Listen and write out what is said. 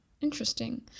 interesting